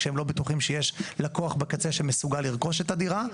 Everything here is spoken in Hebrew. כשהם לא בטוחים שיש לקוח בקצה שמסוגל לרכוש את הדירה,